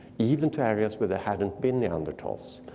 even to areas where they hadn't been neanderthals.